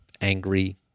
angry